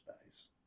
space